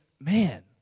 man